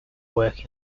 work